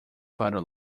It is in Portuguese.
para